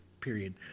period